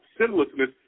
sinlessness